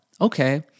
okay